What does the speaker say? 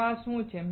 તો આ શું છે